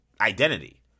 identity